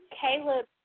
Caleb